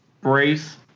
brace